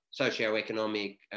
socioeconomic